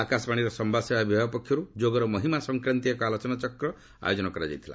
ଆକାଶବାଣୀର ସମ୍ଘାଦ ସେବା ବିଭାଗ ପକ୍ଷରୁ ଯୋଗର ମହିମା ସଂକ୍ରାନ୍ତୀୟ ଏକ ଆଲୋଚନାଚକ୍ର ଆୟୋଜନ କରାଯାଇଥିଲା